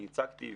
אני הצגתי,